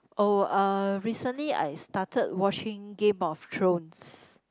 oh uh recently I started watching Game of Thrones